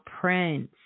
Prince